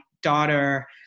daughter